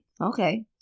Okay